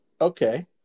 Okay